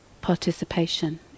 participation